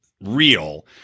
real